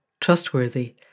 trustworthy